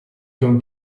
going